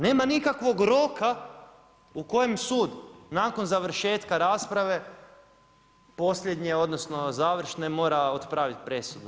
Nema nikakvog roka u kojem sud nakon završetka rasprave posljednje odnosno završne mora otpraviti presudu.